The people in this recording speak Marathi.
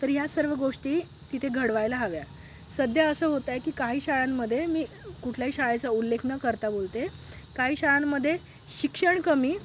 तर ह्या सर्व गोष्टी तिथे घडवायला हव्या सध्या असं होत आहे की काही शाळांमध्ये मी कुठल्याही शाळेचा उल्लेख न करता बोलते काही शाळांमध्ये शिक्षण कमी